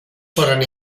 foren